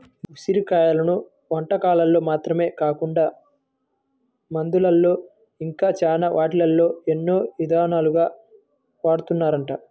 ఉసిరి కాయలను వంటకాల్లో మాత్రమే కాకుండా మందుల్లో ఇంకా చాలా వాటిల్లో ఎన్నో ఇదాలుగా వాడతన్నారంట